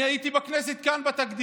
אני הייתי כאן בכנסת בתקדים.